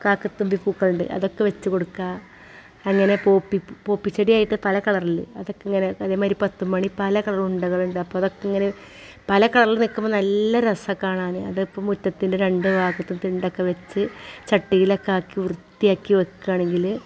കാക്കത്തുമ്പി പൂക്കളുണ്ട് അതൊക്കെ വെച്ചു കൊടുക്കുക അങ്ങനെ പോപ്പി പൂപ്പിച്ചെടിയായിട്ട് പല കളറുണ്ട് അതൊക്കെ ഇങ്ങനെ അതേ മാതിരി പത്തുമണി പല കളർ ഉണ്ടകളുണ്ട് അപ്പോൾ അതൊക്കെ ഇങ്ങനെ പല കളറുകൾ നിൽക്കുമ്പോൾ നല്ല രസ കാണാൻ അതിപ്പോൾ മുറ്റത്തിൻ്റെ രണ്ടു ഭാഗത്തും തിണ്ടൊക്കെ വെച്ച് ചട്ടിയിലേക്ക് ആക്കി വൃത്തിയാക്കി വെക്കുകയാണെങ്കിൽ